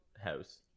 house